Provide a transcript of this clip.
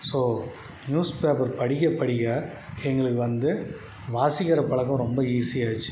so newspaper படிக்க படிக்க எங்களுக்கு வந்து வாசிக்கிற பழக்கம் ரொம்ப ஈஸியாக ஆகிருச்சு